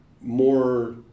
more